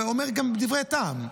הוא אומר דברי טעם.